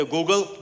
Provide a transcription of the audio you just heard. Google